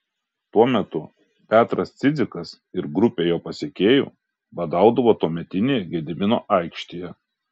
tuo metu petras cidzikas ir grupė jo pasekėjų badaudavo tuometinėje gedimino aikštėje